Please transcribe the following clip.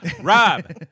Rob